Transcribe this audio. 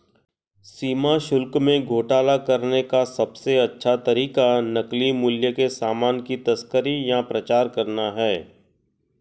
सीमा शुल्क में घोटाला करने का सबसे अच्छा तरीका नकली मूल्य के सामान की तस्करी या प्रचार करना है